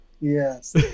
yes